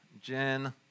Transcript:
Jen